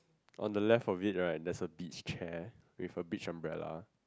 on the left of it right there's a beach chair with a beach umbrella